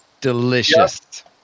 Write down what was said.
Delicious